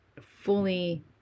fully